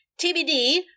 TBD